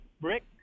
brick